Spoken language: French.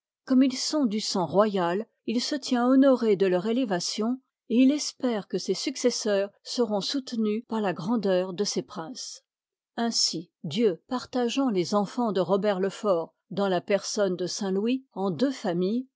comme ils sont du sang royal il se tient honoré de leur élévation et il espère que ses successeurs seront soutenus par la grandeur de ces princes ainsi dieu partageant les enfans de robert e fort dans la personne de saintlouis en deux familles